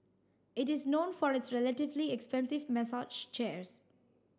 it is known for its relatively expensive massage chairs